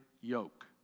yoke